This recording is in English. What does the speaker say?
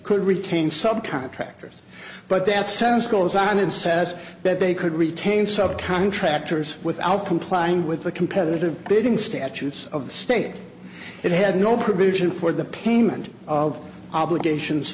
could retain some contractors but that sounds goes on and says that they could retain subcontractors without complying with the competitive bidding statutes of the state it had no provision for the payment of obligations